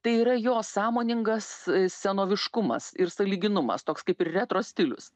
tai yra jo sąmoningas senoviškumas ir sąlyginumas toks kaip ir retro stilius